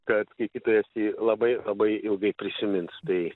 kad skaitytojas jį labai labai ilgai prisimins tai